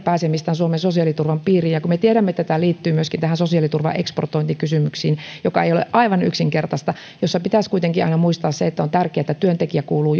pääsemistä suomen sosiaaliturvan piiriin halutaan sitten entisestään helpottaa me tiedämme että tämä liittyy myöskin sosiaaliturvan eksportointikysymykseen joka ei ole aivan yksinkertainen ja jossa pitäisi kuitenkin aina muistaa se että on tärkeätä että työntekijä kuuluu